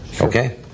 Okay